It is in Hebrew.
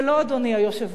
ולא, אדוני היושב-ראש,